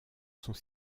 sont